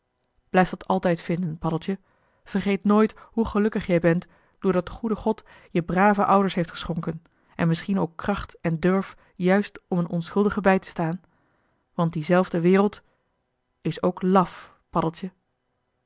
blijf dt altijd vinden paddeltje vergeet nooit hoe gelukkig jij bent doordat de goede god je brave ouders heeft geschonken en misschien ook kracht en durf juist om een onschuldige bij te staan want diezelfde wereld is ook laf paddeltje